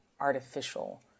artificial